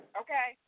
okay